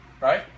Right